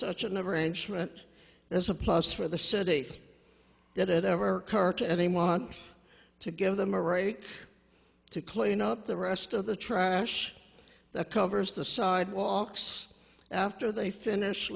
such an ever ancient there's a plus for the city that it ever occur to any want to give them a right to clean up the rest of the trash that covers the sidewalks after they finish